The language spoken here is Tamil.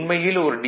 உண்மையில் ஒரு டி